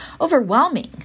overwhelming